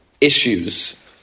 issues